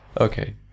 Okay